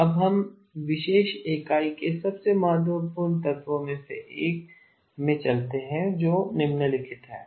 अब हम इस विशेष इकाई के सबसे महत्वपूर्ण तत्वों में से एक में चलते हैं जो निम्नलिखित है